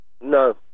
no